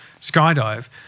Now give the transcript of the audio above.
skydive